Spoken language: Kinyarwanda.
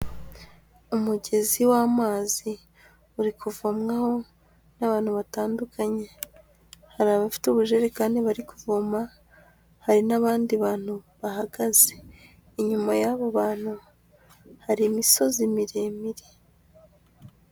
Umugezi w'amazi. Uri kuvomwaho n'abantu batandukanye. Hari abafite ubujerekani bari kuvoma, hari n'abandi bantu bahagaze. Inyuma y'abo bantu, hari imisozi miremire.